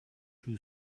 too